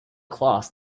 class